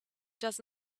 does